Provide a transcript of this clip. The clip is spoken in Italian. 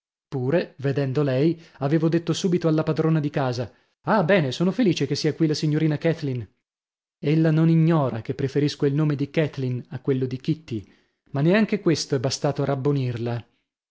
pure vedendo lei avevo detto subito alla padrona di casa ah bene sono felice che sia qui la signorina kathleen ella non ignora che preferisco il nome di kathleen a quello di kitty ma neanche questo è bastato a rabbonirla